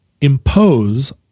impose